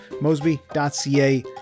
mosby.ca